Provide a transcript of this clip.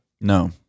No